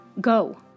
Go